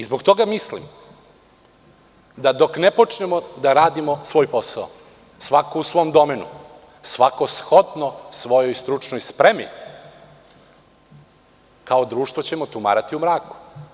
Zbog toga mislim da dok ne počnemo da radimo svoj posao, svako u svom domenu, svako shodno svojoj stručnoj spremi, kao društvo ćemo tumarati u mraku.